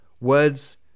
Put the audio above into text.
words